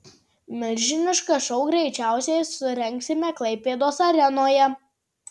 milžinišką šou greičiausiai surengsime klaipėdos arenoje